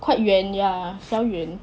quite 远 ya 小远